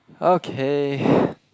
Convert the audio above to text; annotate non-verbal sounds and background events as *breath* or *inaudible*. okay *breath*